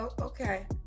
Okay